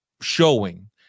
showing